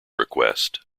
request